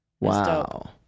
wow